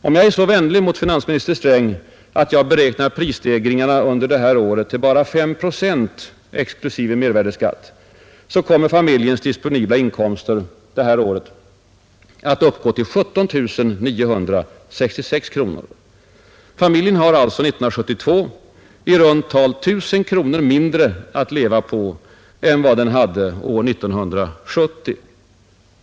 Om jag är så vänlig mot finansminister Sträng att jag beräknar prisstegringarna under det här året till bara 5 procent exklusive mervärdeskatt, så kommer familjens disponibla inkomster under detta år att uppgå till 17 966 kronor. Familjen har alltså år 1972 i runt tal 1 000 kronor mindre att leva på än vad den hade år 1970.